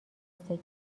سکه